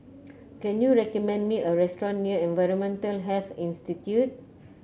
can you recommend me a restaurant near Environmental Health Institute